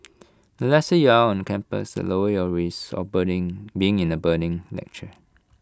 the lesser you are on campus the lower your risk of burning being in A burning lecture